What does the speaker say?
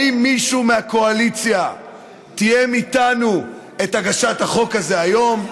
האם מישהו מהקואליציה תיאם איתנו את הגשת החוק הזה היום?